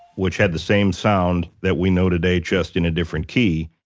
which had the same sound that we know today, just in a different key.